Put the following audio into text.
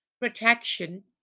protection